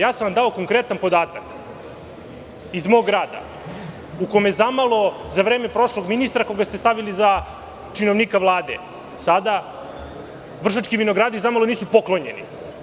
Dao sam vam konkretan podatak iz mog rada, u kome za malo za vreme prošlog ministra, koga ste stavili za činovnika Vlade, sada „Vršački vinogradi“ zamalo nisu poklonjeni.